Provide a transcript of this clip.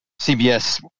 CBS